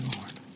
Lord